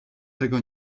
tego